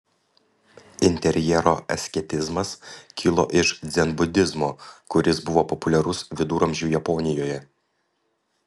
interjero asketizmas kilo iš dzenbudizmo kuris buvo populiarus viduramžių japonijoje